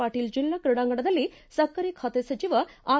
ಪಾಟೀಲ ಜಿಲ್ಲಾ ಕ್ರೀಡಾಂಗಣದಲ್ಲಿ ಸಕ್ಕರೆ ಖಾತೆ ಸಚಿವ ಆರ್